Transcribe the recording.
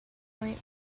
point